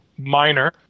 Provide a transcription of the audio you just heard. minor